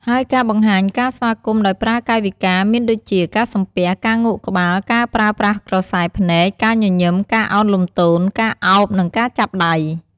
ហើយការបង្ហាញការស្វាគមន៍ដោយប្រើកាយវិការ មានដូចជា ការសំពះ ការងក់ក្បាល ការប្រើប្រាស់ក្រសែភ្នែក ការញញឹម ការឱនលំទោន ការឱប និងការចាប់ដៃ។